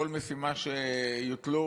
כל משימה שתוטל,